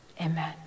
Amen